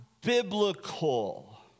biblical